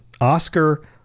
Oscar